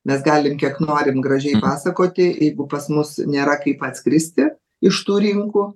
mes galim kiek norim gražiai pasakoti jeigu pas mus nėra kaip atskristi iš tų rinkų